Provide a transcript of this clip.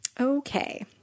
okay